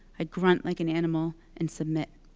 i grunt like an animal and submit.